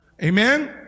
Amen